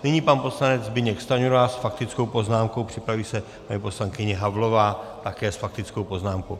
Nyní pan poslanec Zbyněk Stanjura s faktickou poznámkou, připraví se paní poslankyně Havlová také s faktickou poznámkou.